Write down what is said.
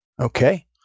Okay